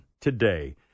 today